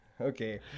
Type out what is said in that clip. Okay